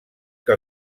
que